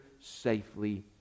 safely